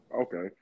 Okay